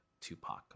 Tupac